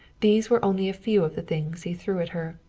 these were only a few of the things he threw at her.